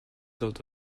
dans